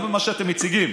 גם במה שאתם מציגים,